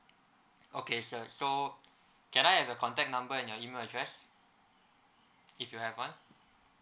okay sir so can I have your contact number and your email address if you have one